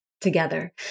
together